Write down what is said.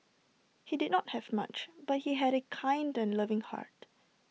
he did not have much but he had A kind and loving heart